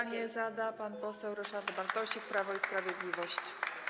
Pytanie zada pan poseł Ryszard Bartosik, Prawo i Sprawiedliwość.